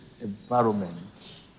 environment